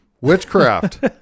Witchcraft